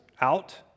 out